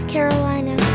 Carolina